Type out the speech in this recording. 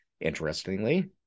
Interestingly